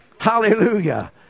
hallelujah